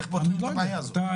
איך פותרים את הבעיה הזאת?